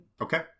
Okay